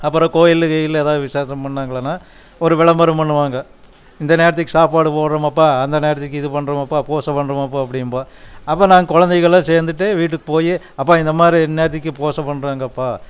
அப்புறோம் கோயிலுக்கு இல்லை எதா விசேஷமுன்னாங்களான்னா ஒரு விளம்பரம் பண்ணுவாங்க இந்த நேரத்துக்கு சாப்பாடு போடுகிறோம் அப்பா அந்த நேரத்துக்கு இது பண்ணுறோம் அப்பா போஸ்டர் பண்ணுறோம் அப்பா அப்படின்பா அப்போ நாங்க குழந்தைகள்லா சேர்ந்துட்டு வீட்டுக் போய் அப்பா இந்த மாதிரி இந்தநேரத்துக்கு போஸ்டர் பண்ணுறாங்க அப்பா